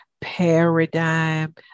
paradigm